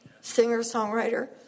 singer-songwriter